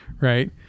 Right